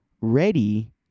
ready